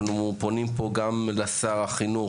אנחנו פונים פה גם לשר החינוך,